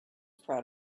proud